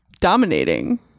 dominating